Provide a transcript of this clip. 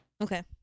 Okay